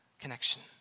Connection